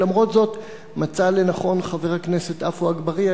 ולמרות זאת מצא לנכון חבר הכנסת עפו אגבאריה,